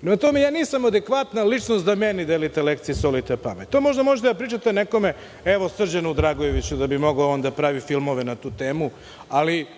Prema tome, ja nisam adekvatna ličnost da meni delite lekcije i solite pamet. To možete da pričate nekome, evo Srđanu Dragojeviću, da bi on mogao da pravi filmove na tu temu, ali